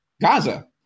Gaza